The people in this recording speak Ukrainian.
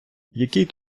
який